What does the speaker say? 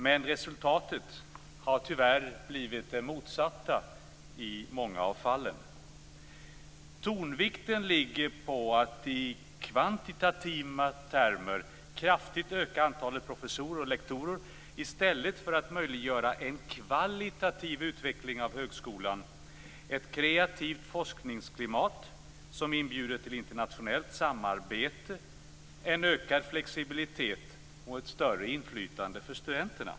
Men resultatet har tyvärr blivit det motsatta i många fall. Tonvikten ligger på att i kvantitativa termer kraftigt öka antalet professorer och lektorer i stället för att möjliggöra en kvalitativ utveckling av högskolan - ett kreativt forskningsklimat som inbjuder till internationellt samarbete, en ökad flexibilitet och ett större inflytande för studenterna.